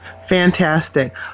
Fantastic